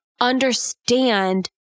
understand